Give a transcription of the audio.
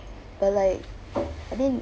or like I mean